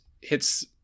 hits